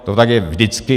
To tak je vždycky.